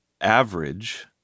average